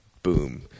boom